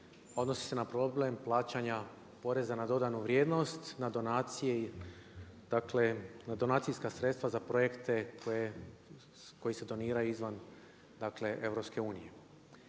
odnosi se na problem plaćanja poreza na dodanu vrijednost, na donacije, dakle na donacijska sredstva za projekte koji se doniraju izvan,